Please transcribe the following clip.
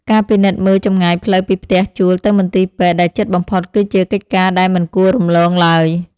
ការពិនិត្យមើលចម្ងាយផ្លូវពីផ្ទះជួលទៅមន្ទីរពេទ្យដែលជិតបំផុតគឺជាកិច្ចការដែលមិនគួររំលងឡើយ។